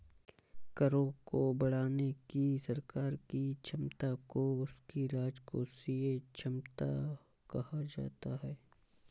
करों को बढ़ाने की सरकार की क्षमता को उसकी राजकोषीय क्षमता कहा जाता है